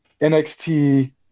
NXT